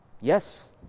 Yes